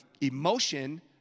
emotion